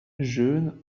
jeunes